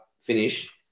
finish